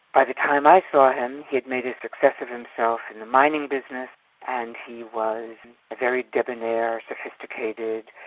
by the time i saw him he'd made a success of himself in the mining business and he was a very debonair, sophisticated,